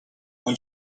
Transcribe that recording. when